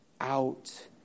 out